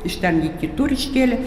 iš ten jį kitur iškėlė